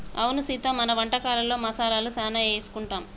అవును సీత మన వంటకాలలో మసాలాలు సానా ఏసుకుంటాం